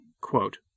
Quote